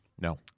No